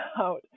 out